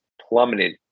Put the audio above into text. plummeted